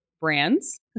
brands